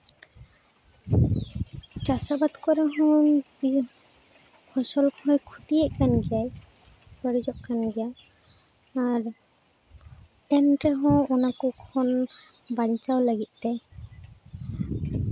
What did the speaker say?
ᱪᱟᱥ ᱟᱵᱟᱫ ᱠᱚᱨᱮ ᱦᱚᱸ ᱯᱷᱚᱥᱚᱞ ᱠᱚᱦᱚᱸᱭ ᱠᱷᱚᱛᱤᱭᱮᱜ ᱠᱟᱱ ᱜᱮᱭᱟᱭ ᱯᱮᱨᱮᱡᱚᱜ ᱠᱟᱱ ᱜᱮᱭᱟ ᱟᱨ ᱮᱱ ᱨᱮᱦᱚᱸ ᱚᱱᱟ ᱠᱚ ᱠᱷᱚᱱ ᱵᱟᱧᱪᱟᱣ ᱞᱟᱹᱜᱤᱫ ᱛᱮ